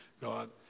God